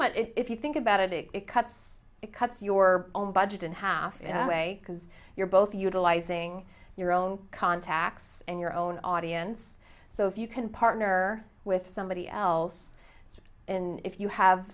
much if you think about it it cuts it cuts your own budget in half way because you're both utilizing your own contacts and your own audience so if you can partner with somebody else in if you have